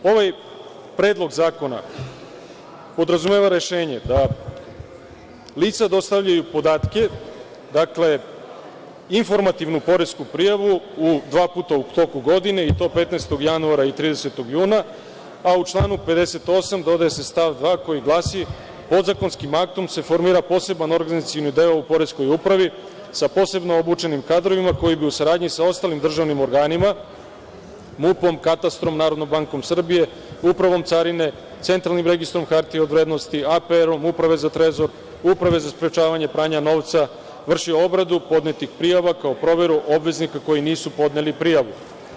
Ovaj predlog zakona podrazumeva rešenje da lica dostavljaju podatke, dakle, informativnu poresku prijavu dva puta u toku godine, i to 15. januara i 30. juna, a u članu 58. dodaje se stav 2. koji glasi: „Podzakonskim aktom se formira poseban organizacioni deo u poreskoj upravi, sa posebno obučenim kadrovima, koji bi u saradnji sa ostalim državnim organima, MUP, Katastrom, NBS, Upravom carine, Centralnim registrom hartija od vrednosti, APR, Uprave za trezor, Uprave za sprečavanje pranja novca, vršio obradu podnetih prijava kao proveru obveznika koji nisu podneli prijavu.